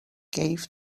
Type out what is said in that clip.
gave